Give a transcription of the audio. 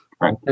right